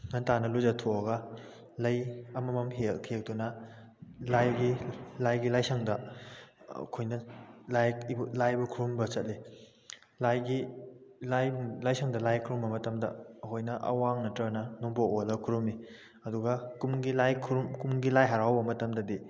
ꯉꯟꯇꯥꯅ ꯂꯨꯖꯊꯣꯛꯑꯒ ꯂꯩ ꯑꯃꯃꯝ ꯍꯦꯛꯇꯨꯅ ꯂꯥꯏꯒꯤ ꯂꯥꯏꯒꯤ ꯂꯥꯏꯁꯪꯗ ꯑꯩꯈꯣꯏꯅ ꯂꯥꯏ ꯂꯥꯏꯕꯨ ꯈꯨꯔꯨꯝꯕ ꯆꯠꯂꯤ ꯂꯥꯏꯒꯤ ꯂꯥꯏ ꯂꯥꯏꯁꯪꯗ ꯂꯥꯏ ꯈꯨꯔꯨꯝꯕ ꯃꯇꯝꯗ ꯑꯩꯈꯣꯏꯅ ꯑꯋꯥꯡ ꯅꯠꯇ꯭ꯔꯒꯅ ꯅꯣꯡꯄꯣꯛ ꯑꯣꯜꯂꯒ ꯈꯨꯔꯨꯝꯃꯤ ꯑꯗꯨꯒ ꯀꯨꯝꯒꯤ ꯂꯥꯏ ꯀꯨꯝꯒꯤ ꯂꯥꯏ ꯍꯔꯥꯎꯕ ꯃꯇꯝꯗꯗꯤ